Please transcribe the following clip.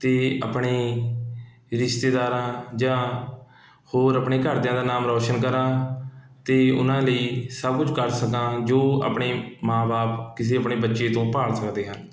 ਅਤੇ ਆਪਣੇ ਰਿਸ਼ਤੇਦਾਰਾਂ ਜਾਂ ਹੋਰ ਆਪਣੇ ਘਰਦਿਆਂ ਦਾ ਨਾਮ ਰੋਸ਼ਨ ਕਰਾਂ ਅਤੇ ਉਹਨਾਂ ਲਈ ਸਭ ਕੁਝ ਕਰ ਸਕਾਂ ਜੋ ਆਪਣੇ ਮਾਂ ਬਾਪ ਕਿਸੇ ਆਪਣੇ ਬੱਚੇ ਤੋਂ ਭਾਲ਼ ਸਕਦੇ ਹਨ